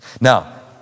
Now